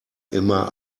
immer